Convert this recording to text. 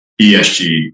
ESG